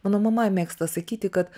mano mama mėgsta sakyti kad